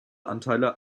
anteile